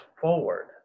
forward